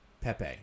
Pepe